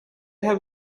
have